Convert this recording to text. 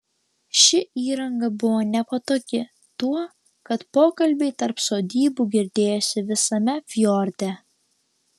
ši įranga buvo nepatogi tuo kad pokalbiai tarp sodybų girdėjosi visame fjorde